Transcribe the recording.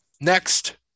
Next